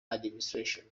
administration